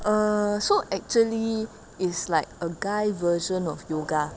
err so actually is like a guy version of yoga